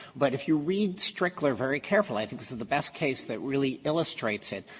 but if you read strickler very carefully, i think this is the best case that really illustrates it.